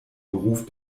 beruf